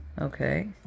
okay